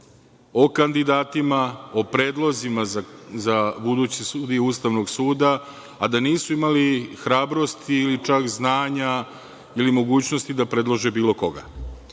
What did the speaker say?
o kandidatima, o predlozima za buduće sudije Ustavnog suda, a da nisu imali hrabrosti ili čak znanja ili mogućnosti da predlože bilo koga.